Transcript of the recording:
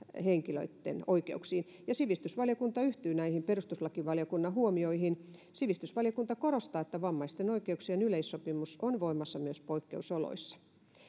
henkilöitten oikeuksiin ja sivistysvaliokunta yhtyy näihin perustuslakivaliokunnan huomioihin sivistysvaliokunta korostaa että vammaisten oikeuksien yleissopimus on voimassa myös poikkeusoloissa